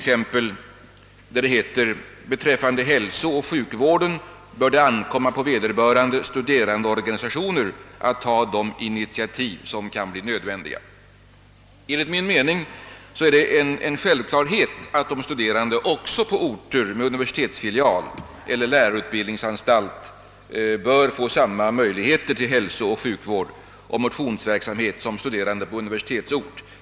Exempelvis heter det i fråga om studerandehälsovård att det »bör ankomma på vederbörande studerandeorganisationer att ta de initiativ som kan bli nödvändiga». Enligt min mening är det en självklarhet att även studerande på orter med universitetsfilial eller lärarutbildningsanstalt bör få samma möjligheter till hälsooch sjukvård och motionsverksamhet som studerande i universitetsort.